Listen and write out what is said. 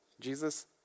Jesus